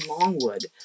Longwood